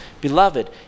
Beloved